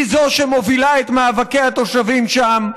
היא שמובילה את מאבקי התושבים שם,